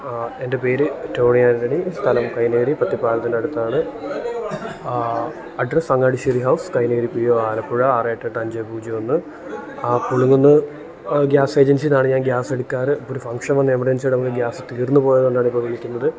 എൻ്റെ പേര് ടോണി ആൻ്റണി സ്ഥലം കൈനഗിരി പത്തിപ്പാലത്തിൻ്റെ അടുത്താണ് address Angadisseri house Kainagiri P O Alappuzha ആറെ എട്ടേ എട്ടേ അഞ്ചേ പൂജ്യം ഒന്ന് പുളിങ്കുന്ന് ഗ്യാസെജെൻസീന്നാണ് ഞാൻ ഗ്യാസെടുക്കാറ് ഇപ്പൊരു ഫങ്ക്ഷൻ വന്നെമർജെൻസിയോടെ നമ്മള്ക്ക് ഗ്യാസ് തീർന്നു പോയതുകൊണ്ടാണിപ്പോള് വിളിക്കുന്നത്